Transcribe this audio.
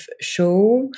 show